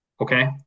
okay